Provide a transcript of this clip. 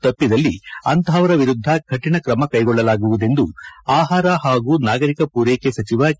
ತಪ್ಪಿದಲ್ಲಿ ಅಂತಹವರ ವಿರುದ್ದ ಕಾಣ ಕ್ರಮ ಕೈಗೊಳ್ಳಲಾಗುವುದೆಂದು ಆಹಾರ ಹಾಗೂ ನಾಗರಿಕ ಪೂರೈಕೆ ಸಚಿವ ಕೆ